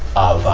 ah,